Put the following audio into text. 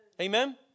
Amen